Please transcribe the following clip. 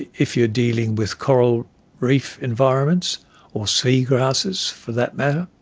if you are dealing with coral reef environments or sea grasses for that matter,